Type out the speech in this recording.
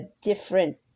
different